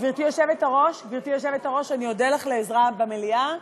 גברתי היושבת-ראש, אני אודה לך על עזרה במליאה.